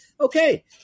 okay